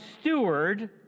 steward